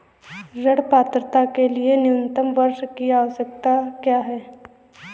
ऋण पात्रता के लिए न्यूनतम वर्ष की आवश्यकता क्या है?